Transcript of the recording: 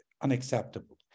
unacceptable